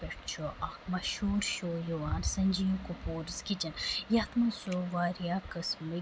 چھُ اکھ مَشہوٗر شو یِوان سنجیو کپوٗرٕز کِچن یَتھ منٛز سُہ واریاہ قٕسمٕکۍ